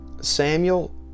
Samuel